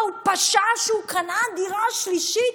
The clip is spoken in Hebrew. מה, הוא פשע שהוא קנה דירה שלישית?